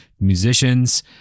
musicians